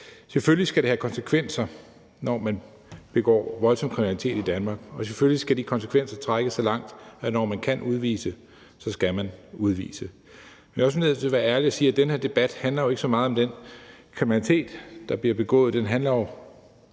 Selvfølgelig skal det have konsekvenser, når man begår grov kriminalitet i Danmark, og selvfølgelig skal de konsekvenser være så vidtgående, at når vi kan udvise, så skal vi udvise. Jeg er også nødt til at være ærlig og sige, at den her debat jo ikke handler så meget om den kriminalitet, der bliver begået.